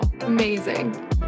amazing